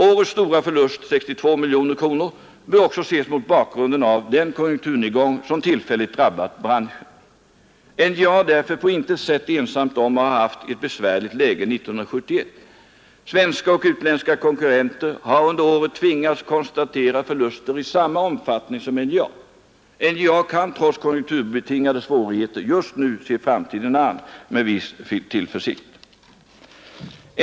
Årets stora förlust, 62 miljoner kronor, bör också ses mot bakgrunden av den konjunkturnedgång som tillfälligt drabbat branschen. NJA är därför på intet sätt ensamt om att ha haft ett besvärligt läge 1971. Svenska och utländska konkurrenter har under året tvingats konstatera förluster i samma omfattning som NJA. NJA kan trots konjunkturbetingade svårigheter just nu se framtiden an med viss tillförsikt.